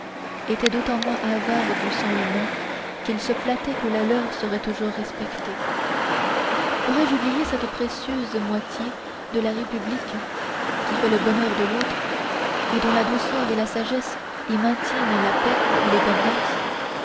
étaient d'autant moins avares du sang humain qu'ils se flattaient que le leur serait toujours respecté pourrais-je oublier cette précieuse moitié de la république qui fait le bonheur de l'autre et dont la douceur et la sagesse y maintiennent la paix et les bonnes mœurs